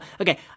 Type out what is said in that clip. Okay